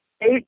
eight